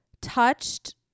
touched